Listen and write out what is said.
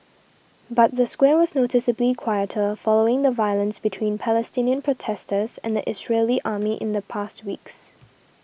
but the square was noticeably quieter following the violence between Palestinian protesters and the Israeli army in the past weeks